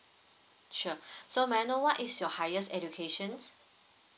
sure so may I know what is your highest educations